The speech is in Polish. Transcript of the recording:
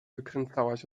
wykręcałaś